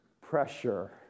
pressure